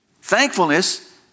Thankfulness